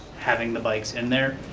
having the bikes in there.